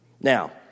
Now